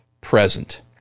present